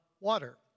water